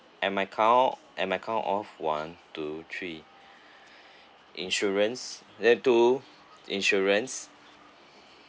and my count and my count off one two three insurance topic two insurance